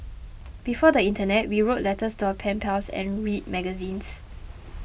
before the internet we wrote letters to our pen pals and read magazines